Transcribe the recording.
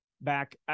back